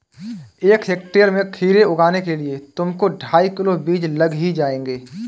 एक हेक्टेयर में खीरे उगाने के लिए तुमको ढाई किलो बीज लग ही जाएंगे